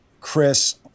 Chris